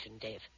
Dave